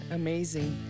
amazing